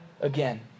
again